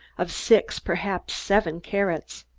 of six, perhaps seven, carats.